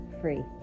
free